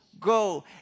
Go